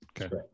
Okay